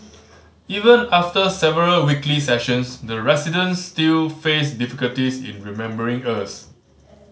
even after several weekly sessions the residents still faced difficulties in remembering us